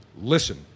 listen